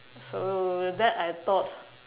so that I thought